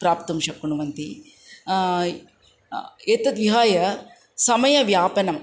प्राप्तुं शक्नुवन्ति एतद् यः या समयव्यापनम्